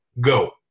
Go